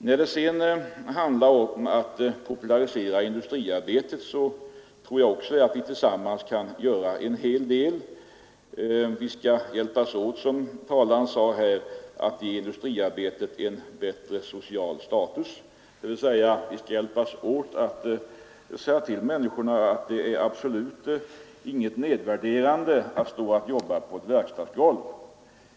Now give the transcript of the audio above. När det sedan gäller att popularisera industriarbetet tror jag att vi tillsammans kan göra en hel del. Som talaren sade skall vi hjälpas åt att ge industriarbetet en bättre social status. Vi måste fram hålla att det absolut inte är något nedvärderande att jobba på ett verkstadsgolv.